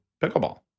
pickleball